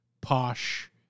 posh